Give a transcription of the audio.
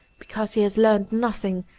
because he has learned nothing,